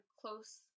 close